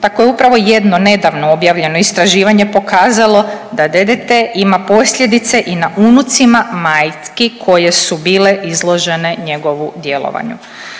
Tako je upravo jedno nedavno objavljeno istraživanje pokazalo da DDT ima posljedice i na unucima majki koje su bile izložene njegovu djelovanju.